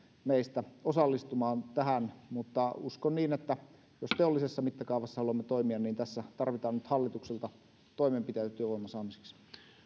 meistä osallistumaan tähän mutta uskon niin että jos teollisessa mittakaavassa haluamme toimia niin tässä tarvitaan nyt hallitukselta toimenpiteitä työvoiman saamiseksi